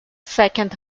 second